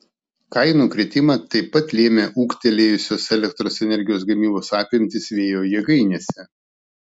kainų kritimą taip pat lėmė ūgtelėjusios elektros energijos gamybos apimtys vėjo jėgainėse